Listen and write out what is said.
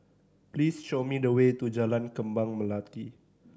please show me the way to Jalan Kembang Melati